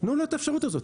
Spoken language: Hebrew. תנו לו את האפשרות הזאת.